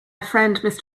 friend